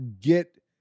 get